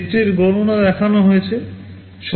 ক্ষেত্রের গণনা দেখানো হয়েছে